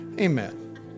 Amen